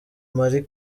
marie